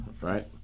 right